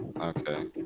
Okay